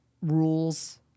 rules